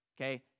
okay